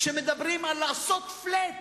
כשמדברים על לעשות flat,